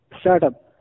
startup